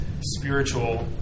spiritual